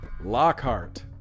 Lockhart